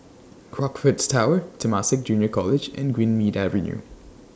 Crockfords Tower Temasek Junior College and Greenmead Avenue